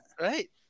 Right